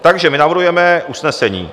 Takže my navrhujeme usnesení: